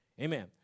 Amen